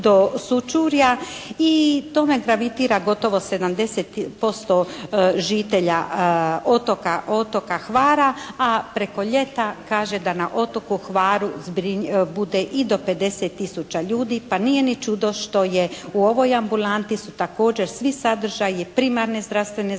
i tome gravitira gotovo 70% žitelja otoka Hvara a preko ljeta kaže da na otoku Hvaru bude i do 50 tisuća ljudi pa nije ni čudo što je u ovoj ambulanti su također svi sadržaji primarne zdravstvene zaštite,